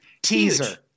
Teaser